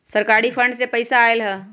सरकारी फंड से पईसा आयल ह?